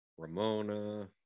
Ramona